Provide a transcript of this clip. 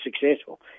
successful